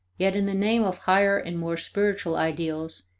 yet in the name of higher and more spiritual ideals,